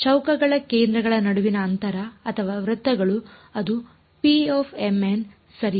ಚೌಕಗಳ ಕೇಂದ್ರಗಳ ನಡುವಿನ ಅಂತರ ಅಥವಾ ವೃತ್ತಗಳು ಅದು ⍴mn ಸರಿ